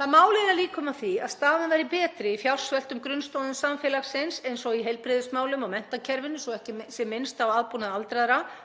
Það má leiða líkur að því að staðan væri betri í fjársveltum grunnstoðum samfélagsins, eins og í heilbrigðismálum og menntakerfinu, svo ekki sé minnst á aðbúnað aldraðra,